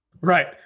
Right